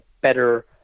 better